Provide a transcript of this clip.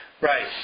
Right